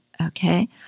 Okay